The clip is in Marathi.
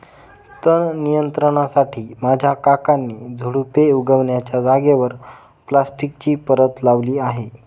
तण नियंत्रणासाठी माझ्या काकांनी झुडुपे उगण्याच्या जागेवर प्लास्टिकची परत लावली आहे